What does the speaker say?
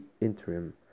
interim